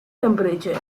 temperature